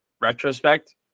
retrospect